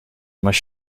must